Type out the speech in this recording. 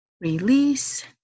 release